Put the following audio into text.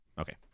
Okay